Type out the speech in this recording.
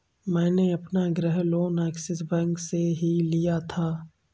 मैंने अपना गृह लोन ऐक्सिस बैंक से ही लिया था